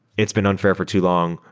it's been unfair for too long.